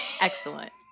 Excellent